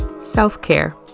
Self-care